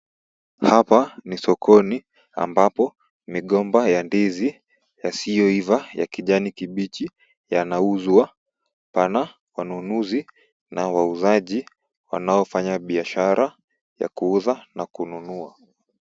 Hapa ni sokoni ambapo migomba ya ndizi yasiyoiva ya kijani kibichi yanauzwa pana wanunuzi na wauzaji wanaofanya biashara ya kuuza na kununua.